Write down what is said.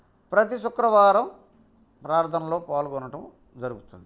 ప్రతీ శుక్రవారం ప్రార్థనలో పాల్గొనడం జరుగుతుంది